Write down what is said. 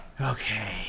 Okay